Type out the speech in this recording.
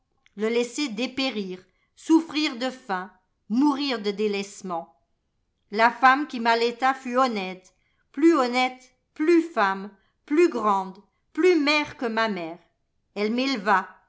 le laisser dépérir souffrir de faim mourir de délaissement la femme qui m'allaita fut honnête plus honnête plus femme plus grande plus mère que ma mère elle m'éleva